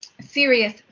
serious